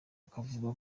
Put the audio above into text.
akavuga